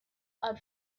are